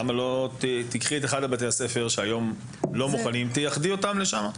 למה שלא תיקחי את אחד מבתי הספר שכיום לא מוכנים ותייחדי אותם לשם.